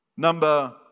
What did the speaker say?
Number